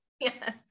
Yes